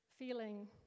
feeling